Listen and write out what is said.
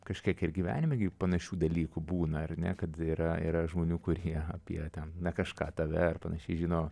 kažkiek ir gyvenime gi panašių dalykų būna ar ne kad yra yra žmonių kurie apie ten na kažką tave ar panašiai žino